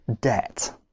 debt